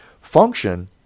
Function